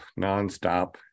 nonstop